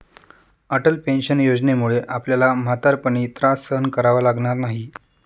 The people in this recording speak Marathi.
अटल पेन्शन योजनेमुळे आपल्याला म्हातारपणी त्रास सहन करावा लागणार नाही